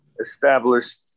established